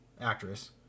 actress